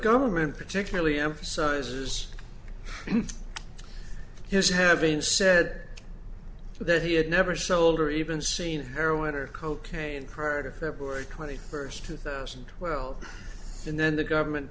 government particularly emphasizes his having said that he had never sold or even seen heroin or cocaine curd of february twenty first two thousand well and then the government